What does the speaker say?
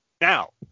Now